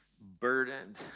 burdened